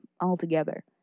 altogether